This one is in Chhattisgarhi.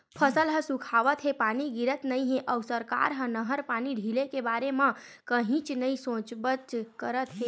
फसल ह सुखावत हे, पानी गिरत नइ हे अउ सरकार ह नहर पानी ढिले के बारे म कहीच नइ सोचबच करत हे